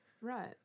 right